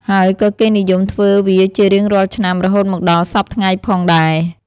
ហើយក៏គេនិយមធ្វើវាជារៀងរាល់ឆ្នាំរហូតមកដល់សព្វថ្ងៃផងដែរ។